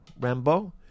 Rambo